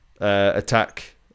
attack